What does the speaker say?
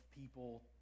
people